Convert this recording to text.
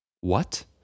What